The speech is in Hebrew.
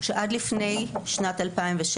עד שנת 2016